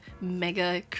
mega